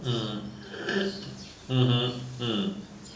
mm mmhmm mm